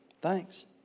Thanks